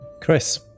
Chris